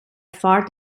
far